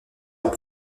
leur